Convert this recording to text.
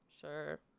Sure